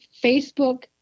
Facebook